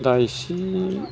दा एसे